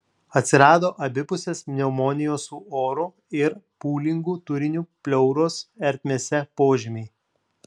atsirado abipusės pneumonijos su oru ir pūlingu turiniu pleuros ertmėse požymiai